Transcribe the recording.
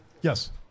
Yes